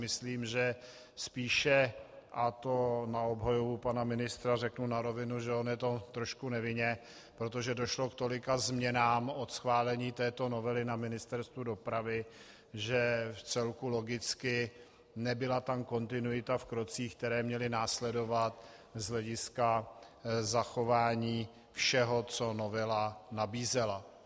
Myslím, že spíše, a to na obhajobu pana ministra řeknu na rovinu, že on je v tom trošku nevinně, protože došlo k tolika změnám od schválení této novely na Ministerstvu dopravy, že vcelku logicky nebyla tam kontinuita v krocích, které měly následovat z hlediska zachování všeho, co novela nabízela.